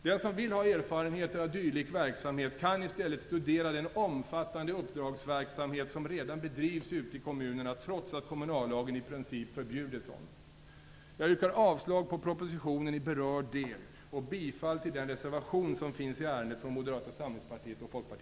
Den som vill ha erfarenheter av dylik verksamhet kan i stället studera den omfattande uppdragsverksamhet som redan bedrivs ute i kommunerna trots att kommunallagen i princip förbjuder sådan. Jag yrkar avslag på propositionen i berörd del och bifall till den reservation som finns i ärendet från